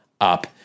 up